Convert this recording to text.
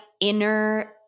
inner